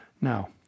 Now